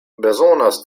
bezonos